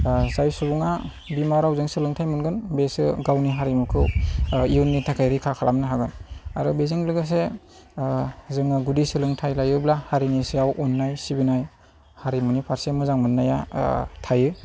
जाय सुबुङा बिमा रावजों सोलोंथाइ मोनगोन बेसो गावनि हारिमुखौ इयुननि थाखाय रैखा खालामनो हागोन आरो बेजों लोगोसे जोङो गुदि सोलोंथाइ लायोब्ला हारिनि सायाव अननाय सिबिनाय हारिमुनि फारसे मोजां मोननाया थायो